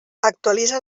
actualitza